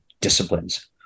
disciplines